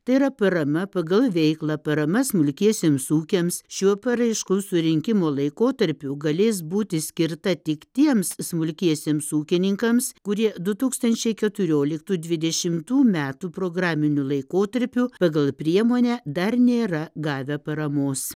tai yra parama pagal veiklą parama smulkiesiems ūkiams šiuo paraiškų surinkimo laikotarpiu galės būti skirta tik tiems smulkiesiems ūkininkams kurie du tūkstančiai keturioliktų dvidešimtų metų programiniu laikotarpiu pagal priemonę dar nėra gavę paramos